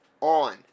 on